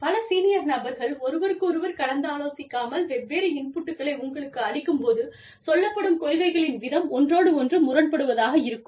பல சீனியர் நபர்கள் ஒருவருக்கொருவர் கலந்தாலோசிக்காமல் வெவ்வேறு இன்புட்களை உங்களுக்கு அளிக்கும் போது சொல்லப்படும் கொள்கைகளின் விதம் ஒன்றோடொன்று முரண்படுவதாக இருக்கும்